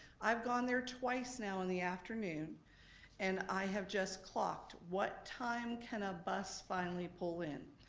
i've gone there twice now in the afternoon and i have just clocked what time can a bus finally pull in?